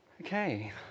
Okay